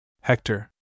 Hector